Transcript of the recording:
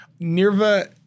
Nirva